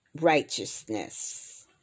righteousness